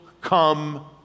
come